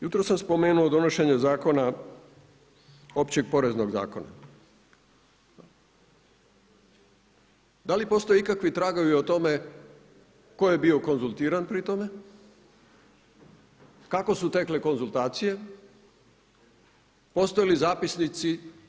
Jutros sam spomenuo donošenje Općeg poreznog zakona, da li postoje ikakvi tragovi o tome tko je bio konzultiran pri tome, kako su tekle konzultacije, postoje li zapisnici?